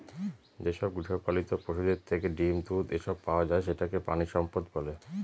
যেসব গৃহপালিত পশুদের থেকে ডিম, দুধ, এসব পাওয়া যায় সেটাকে প্রানীসম্পদ বলে